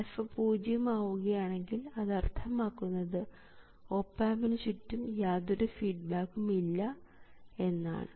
α പൂജ്യം ആവുകയാണെങ്കിൽ അത് അർത്ഥമാക്കുന്നത് ഓപ് ആമ്പിന് ചുറ്റും യാതൊരു ഫീഡ്ബാക്കും ഇല്ല എന്നാണ്